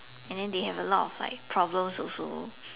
and then they have a lot of like problems also